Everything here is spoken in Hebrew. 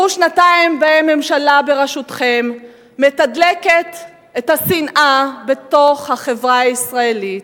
עברו שנתיים שבהן הממשלה בראשותכם מתדלקת את השנאה בתוך החברה הישראלית,